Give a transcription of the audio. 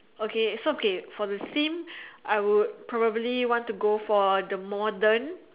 okay so okay for the theme I would probably want to go for the modern